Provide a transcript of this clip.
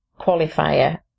qualifier